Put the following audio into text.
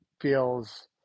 feels